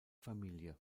familie